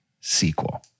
sequel